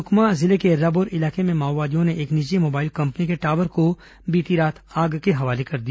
सुकमा जिले के एर्राबोर इलाके में माओवादियों ने एक निजी मोबाइल कंपनी के टावर को बीती रात आग के हवाले कर दिया